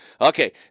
Okay